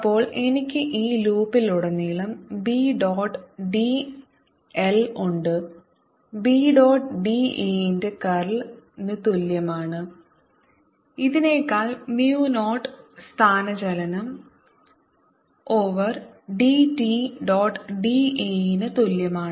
അപ്പോൾ എനിക്ക് ഈ ലൂപ്പിലുടനീളം b ഡോട്ട് d l ഉണ്ട് b ഡോട്ട് d a ന്റെ കർൾന് തുല്യമാണ് ഇത്നേക്കാൾ mu 0 സ്ഥാനചലനo over d t dot d a ന് തുല്യമാണ്